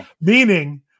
meaning